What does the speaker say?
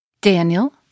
Daniel